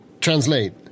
translate